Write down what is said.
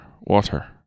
water